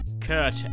Kurt